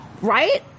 Right